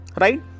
Right